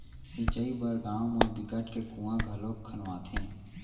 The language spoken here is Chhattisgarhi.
सिंचई बर गाँव म बिकट के कुँआ घलोक खनवाथे